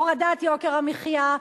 הורדת יוקר המחיה,